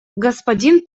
господин